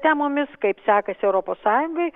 temomis kaip sekasi europos sąjungai